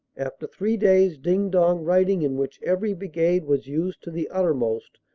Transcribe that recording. after three days' ding-dong fighting in which every brigade was used to the uttermost,